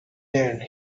land